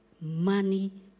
money